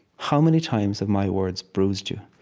how many times have my words bruised you?